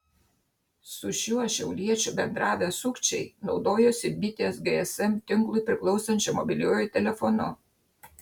su šiuo šiauliečiu bendravę sukčiai naudojosi bitės gsm tinklui priklausančiu mobiliuoju telefonu